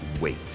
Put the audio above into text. Wait